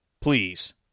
Please